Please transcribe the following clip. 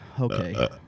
Okay